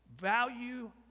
value